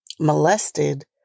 molested